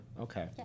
Okay